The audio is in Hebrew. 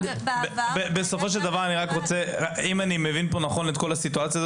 אם אני מבין נכון את כל הסיטואציה,